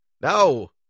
no